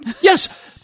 Yes